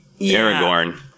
Aragorn